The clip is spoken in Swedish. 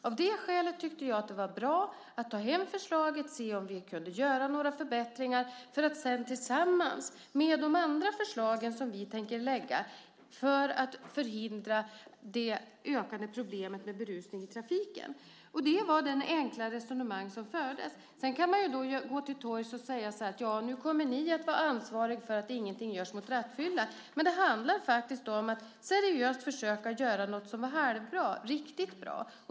Av det skälet tyckte jag att det var bra att ta hem förslaget och se om vi kunde göra några förbättringar, för att sedan lägga fram det tillsammans med de andra förslagen som vi tänker lägga fram för att förhindra det ökade problemet med berusning i trafiken. Det var det enkla resonemang som fördes. Sedan kan man gå till torgs och säga att vi kommer att vara ansvariga för att ingenting görs mot rattfylla. Men det handlar faktiskt om att seriöst försöka göra något som var halvbra riktigt bra.